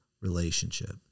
relationship